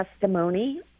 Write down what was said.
testimony